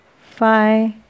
Five